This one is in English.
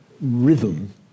rhythm